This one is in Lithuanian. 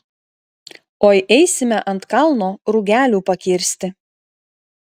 oi eisime ant kalno rugelių pakirsti